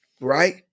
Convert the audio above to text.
right